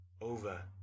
over